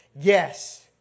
Yes